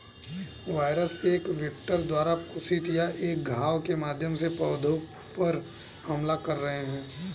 virus एक vector द्वारा प्रेषित या एक घाव के माध्यम से पौधे पर हमला कर रहे हैं